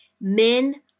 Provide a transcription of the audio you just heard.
Men